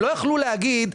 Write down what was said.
הם לא יכלו להגיד,